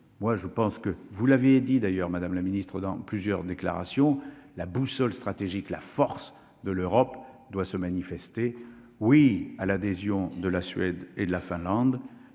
moi je pense que vous l'avez dit, d'ailleurs, Madame la Ministre, dans plusieurs déclarations, la boussole stratégique, la force de l'Europe doit se manifester, oui à l'adhésion de la Suède et la Finlande